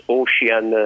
ocean